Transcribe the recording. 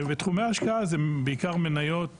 תחומי ההשקעה זה בעיקר מניות ואגף,